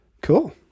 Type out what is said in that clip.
cool